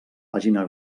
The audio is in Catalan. pàgina